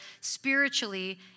spiritually